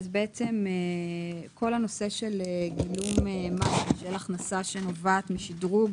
אז בעצם כל הנושא של גילום מס של הכנסה שנובעת משדרוג